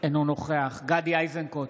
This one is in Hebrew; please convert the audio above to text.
אינו נוכח גדי איזנקוט,